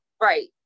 right